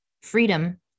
freedom